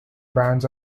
bands